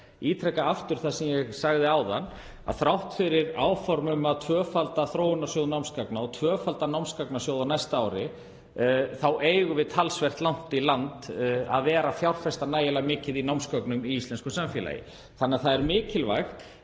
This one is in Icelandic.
ítreka aftur það sem ég sagði áðan, að þrátt fyrir áform um að tvöfalda þróunarsjóð námsgagna og námsgagnasjóð á næsta ári þá eigum við talsvert langt í land með að fjárfesta nægilega mikið í námsgögnum í íslensku samfélagi. Því er mikilvægt